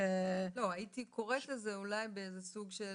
לא, הייתי קוראת לזה אולי באיזה סוג של,